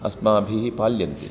अस्माभिः पाल्यन्ते